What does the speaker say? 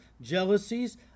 jealousies